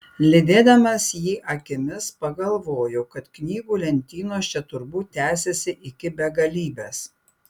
lydėdamas jį akimis pagalvojau kad knygų lentynos čia turbūt tęsiasi iki begalybės